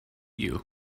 you